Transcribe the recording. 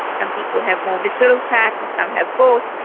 some people have more visceral fat and some have both.